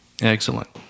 Excellent